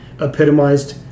epitomized